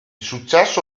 successo